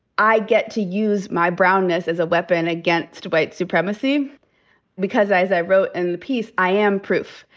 i get to use my brownness as a weapon against white supremacy because, as i wrote in the piece, i am proof.